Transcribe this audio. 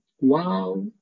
wow